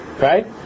right